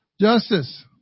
justice